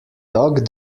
tuck